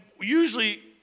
usually